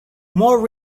more